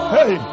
Hey